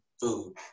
food